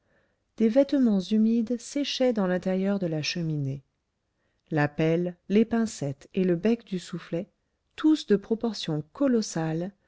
des vêtements humides séchaient dans l'intérieur de la cheminée la pelle les pincettes et le bec du soufflet tous de proportion colossale